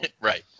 Right